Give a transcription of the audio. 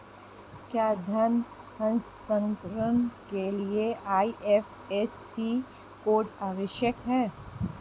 क्या धन हस्तांतरण के लिए आई.एफ.एस.सी कोड आवश्यक है?